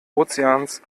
ozeans